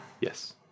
Yes